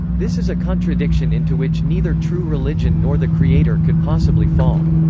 this is a contradiction into which neither true religion nor the creator could possibly fall.